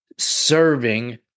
Serving